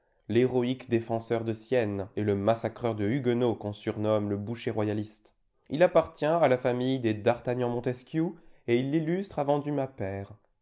l'héroïque défenseur de sienne et le massacreur de huguenots qu'on surnomme le boucher royaliste il appartient à la famille des dartagnan montesquiou et il l'illustre avant dumas père